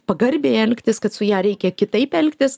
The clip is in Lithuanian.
pagarbiai elgtis kad su ja reikia kitaip elgtis